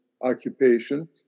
occupation